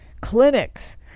clinics